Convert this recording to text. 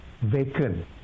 vacant